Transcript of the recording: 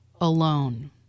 alone